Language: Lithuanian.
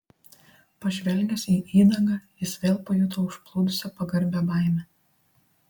pažvelgęs į įdagą jis vėl pajuto užplūdusią pagarbią baimę